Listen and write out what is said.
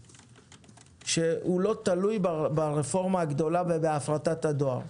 שהוא לא תלוי ברפורמה הגדולה ובהפרטת הדואר.